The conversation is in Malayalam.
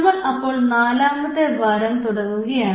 നമ്മൾ അപ്പോൾ നാലാമത്തെ വാരം തുടങ്ങുകയാണ്